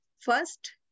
First